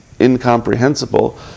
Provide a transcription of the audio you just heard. incomprehensible